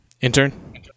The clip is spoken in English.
intern